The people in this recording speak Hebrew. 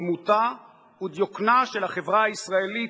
דמותה ודיוקנה של החברה הישראלית,